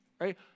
Right